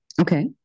Okay